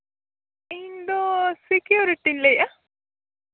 ᱤᱧᱫᱚ ᱥᱤᱠᱤᱭᱩᱨᱤᱴᱤᱧ ᱞᱟᱹᱭᱮᱫᱼᱟ